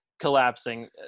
collapsing